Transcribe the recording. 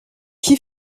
qui